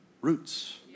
roots